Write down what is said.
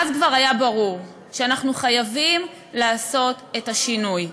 ואז כבר היה ברור שאנחנו חייבים לעשות את השינוי.